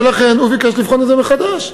ולכן הוא ביקש לבחון את זה מחדש.